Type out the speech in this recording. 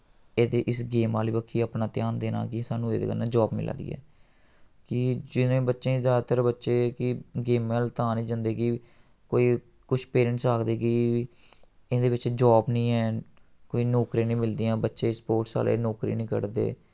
ऐ ते इस गेम आह्ली बक्खी अपना ध्यान देना कि सानू एह्दे कन्नै जाब मिला दी ऐ कि जि'नें बच्चें जैदातर बच्चे कि गेमां ब'ल्ल तां निं जंदे कि कोई कुछ पेरैंट्स आखदे कि एह्दे बिच्च जाब निं हैन कोई नौकरियां निं मिलदियां बच्चे स्पोर्ट्स आह्ले नौकरी निं करदे